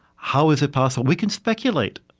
how is it possible? we can speculate.